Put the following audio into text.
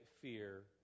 fear